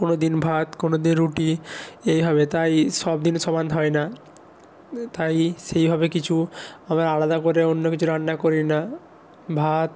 কোনো দিন ভাত কোনো দিন রুটি এইভাবে তাই সব দিন সমান হয় না তাই সেইভাবে কিছু আমরা আলাদা করে অন্য কিছু রান্না করি না ভাত